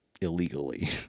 illegally